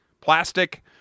plastic